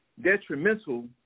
detrimental